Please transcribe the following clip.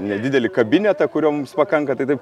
nedidelį kabinetą kurio mums pakanka tai taip